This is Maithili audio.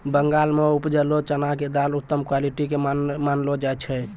बंगाल मॅ उपजलो चना के दाल उत्तम क्वालिटी के मानलो जाय छै